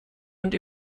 und